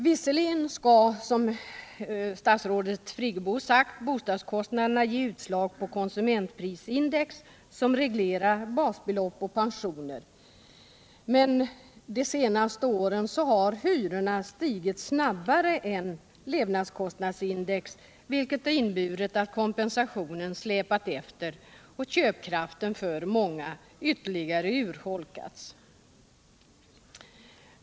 Visserligen skall, som statsrådet Friggebo sagt, bostadskostnaderna ge utslag på konsumentprisindex, som reglerar basbelopp och pensioner, men de senaste åren har hyrorna stigit snabbare än levnadskostnadsindex, vilket inneburit att kompensationen släpat efter och köpkraften för många ytterligare urholkats.